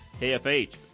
KFH